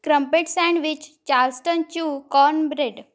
crumpet sandwich charleston chew corn bread